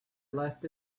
left